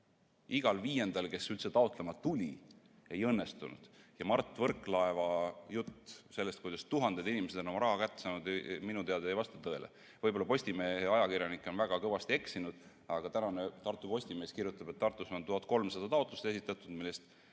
Igal viiendal, kes üldse taotlema tuli, see ei õnnestunud. Ja Mart Võrklaeva jutt sellest, kuidas tuhanded inimesed on oma raha kätte saanud, minu teada ei vasta tõele. Võib-olla Postimehe ajakirjanik on väga kõvasti eksinud, aga tänane Tartu Postimees kirjutab, et Tartus on 1300 taotlust esitatud, millest